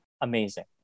amazing